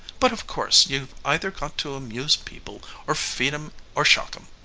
but, of course, you've either got to amuse people or feed em or shock em.